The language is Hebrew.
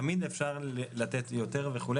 תמיד אפשר לתת יותר וכו',